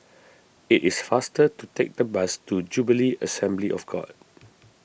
it is faster to take the bus to Jubilee Assembly of God